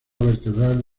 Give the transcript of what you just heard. vertebral